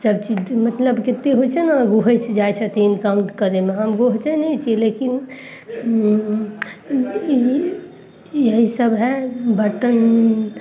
सब चीज मतलब केते होइ छै ने फँसि जाइ छथिन काम करैमे फँसै नहि छियै लेकिन यही सब हइ बर्तन